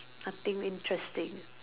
nothing interesting